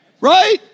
Right